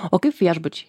o kaip viešbučiai